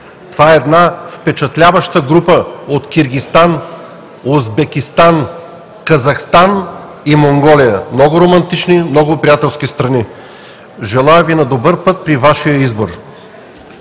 данък, една впечатляваща група от Киргизстан, Узбекистан, Казахстан и Монголия – много романтични, много приятелски страни. Желая Ви на добър път при Вашия избор!